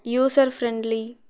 user friendly